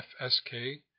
FSK